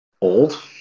Old